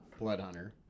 Bloodhunter